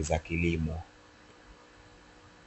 za kilimo.